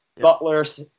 Butler's